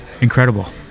incredible